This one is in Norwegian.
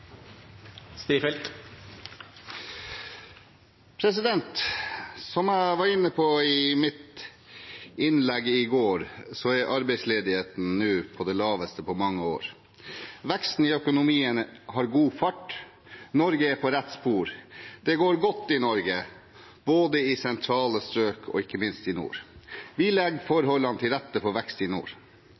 passere. Som jeg var inne på i mitt innlegg i går, er arbeidsledigheten nå på det laveste på mange år. Veksten i økonomien har god fart. Norge er på rett spor. Det går godt i Norge, både i sentrale strøk og – ikke minst – i nord. Vi legger forholdene til rette for vekst i nord.